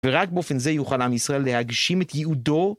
ורק באופן זה יוכל עם ישראל להגשים את יעודו.